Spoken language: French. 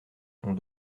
ont